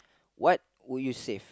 what would you save